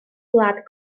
gwlad